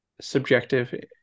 subjective